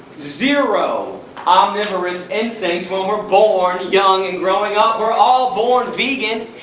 zero omnivorous instincts, when we're born, young and growing up, we're all born vegan.